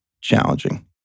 challenging